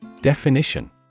Definition